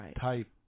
type